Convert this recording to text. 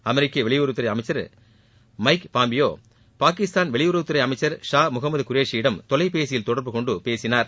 அமெரிக்க வெளியுறவுத் துறை அமைச்சர் மைக் பாம்பியோ பாகிஸ்தான் வெளியுறவுத் துறை அமைச்சர் ஷா முகமது குரேஷியிடம் தொலைபேசியில் தொடர்பு கொண்டு பேசினார்